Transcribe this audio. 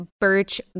Birch